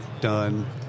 done